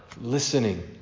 listening